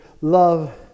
love